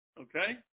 Okay